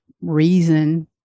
reason